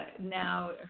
Now